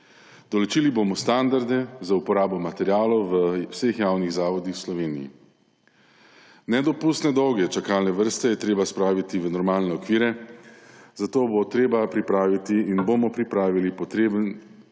Določili bomo standarde za uporabo materialov v vseh javnih zavodih v Sloveniji. Nedopustno dolge čakalne vrste je treba spraviti v normalne okvire, zato bo treba pripraviti in bomo pripravili potreben